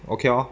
okay lor